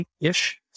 ish